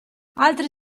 altri